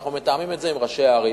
אנחנו מתאמים את זה עם ראשי הערים,